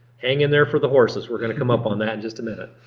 hang in there for the horses. we're going to come up on that in just a minute.